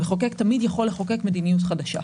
המחוקק תמיד יכול לחוקק מדיניות חדשה.